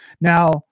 Now